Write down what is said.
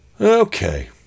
Okay